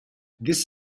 this